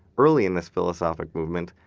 early in this philosophic movement,